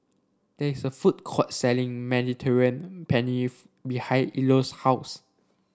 there is a food court selling Mediterranean behind Eloise's house